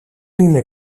είναι